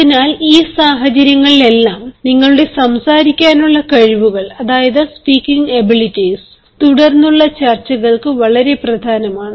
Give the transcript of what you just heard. അതിനാൽ ഈ സാഹചര്യങ്ങളിലെല്ലാം നിങ്ങളുടെ സംസാരിക്കാനുള്ള കഴിവുകൾ തുടർന്നുള്ള ചർച്ചകൾക്ക് വളരെ പ്രധാനമാണ്